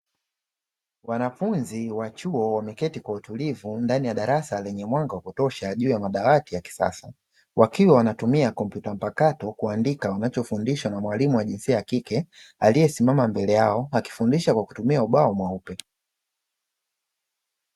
Wanafunzi wa chuo wameketi kwa utulivu ndani ya darasa lenye mwanga wa kutosha juu ya madawati ya kisasa. Wakiwa wanatumia kompyuta mpakato kuandika wanachofundishwa na mwalimu wa jinsia ya kike aliesimama mbele yao akifundisha kwa kutumia ubao mweupe.